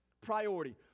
priority